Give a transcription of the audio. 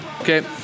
Okay